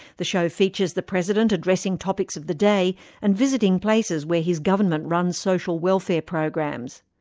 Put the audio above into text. the show features the president addressing topics of the day and visiting places where his government runs social welfare programs.